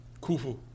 Khufu